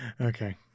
Okay